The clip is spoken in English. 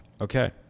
Okay